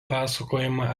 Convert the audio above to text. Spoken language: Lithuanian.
pasakojama